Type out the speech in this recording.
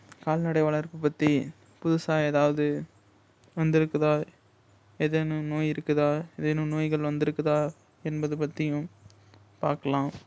கால்நடை வளர்ப்பு பற்றி புதுசாக ஏதாவது வந்துருக்குதா ஏதேனும் நோய் இருக்குதா ஏதேனும் நோய்கள் வந்துருக்குதா என்பது பற்றியும் பார்க்கலாம்